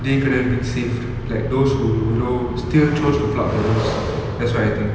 they could have been saved like those who you know still chose to flout the rules that's what I think